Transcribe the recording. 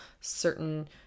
certain